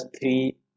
three